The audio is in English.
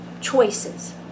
choices